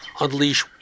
unleash